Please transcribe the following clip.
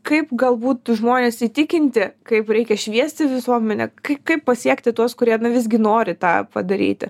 kaip galbūt žmones įtikinti kaip reikia šviesti visuomenę kai kaip pasiekti tuos kurie visgi nori tą padaryti